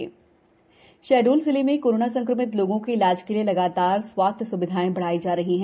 शहडोल स्विधाएँ शहडोल जिले में कोरोना संक्रमित लोगों के इलाज के लिये लगातार स्वास्थ स्विधाएं बढ़ाई जा रही हैं